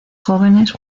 jóvenes